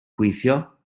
gweithio